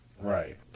Right